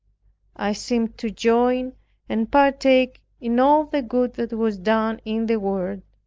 i seemed to join and partake in all the good that was done in the world,